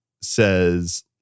says